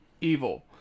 evil